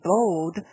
Bold